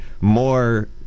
more